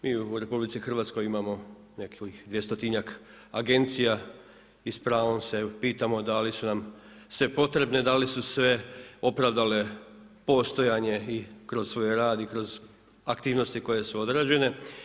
Mi u RH imamo nekih 200-tinjak agencija i s pravom se pitamo da li su nam sve potrebne, da li su sve opravdale postojanje i kroz svoj rad i kroz aktivnosti koje su odrađene.